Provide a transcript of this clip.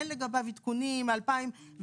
אין לגביו עדכונים מ-2010.